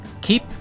Keep